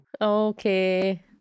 Okay